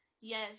yes